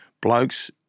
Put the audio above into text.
blokes